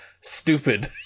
stupid